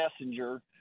messenger